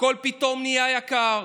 הכול פתאום נהיה יקר,